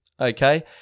Okay